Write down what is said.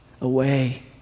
away